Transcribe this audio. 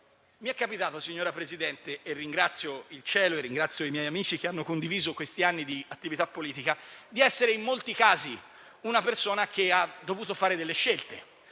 mi è capitato - e ringrazio il cielo e i miei amici, che hanno condiviso questi anni di attività politica - di essere in molti casi una persona che ha dovuto fare delle scelte